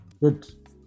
good